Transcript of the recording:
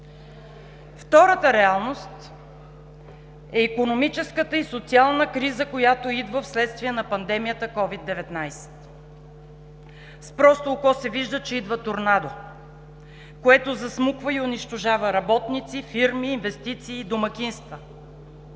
Втората реалност е икономическата и социална криза, която идва вследствие на пандемията COVID-19. С просто око се вижда, че идва торнадо, което засмуква и унищожава работници, фирми, инвестиции и домакинства,